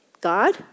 God